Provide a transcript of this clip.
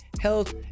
health